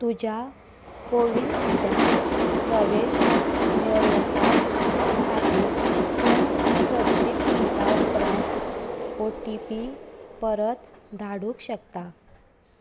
तुज्या कोविन खात्यांत प्रवेश मेळोवपा खातीर तूं सदतीस मिण्टां उपरांत ओ टी पी परत धाडूंक शकता